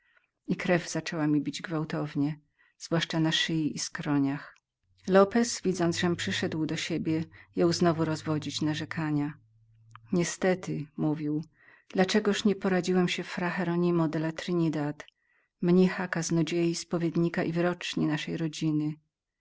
i krew zaczęła mi bić gwałtownie zwłaszcza na szyi i skroniach lopeslopez widząc żem przyszedł do siebie jął znowu rozwodzić narzekania niestety mówił dla czegóżem nie radził się fra hieronimo della trinidad mnicha kaznodzieję spowiednika i wyrocznię naszej rodziny